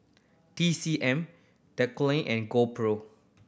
T C M Dequadin and GoPro